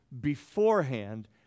beforehand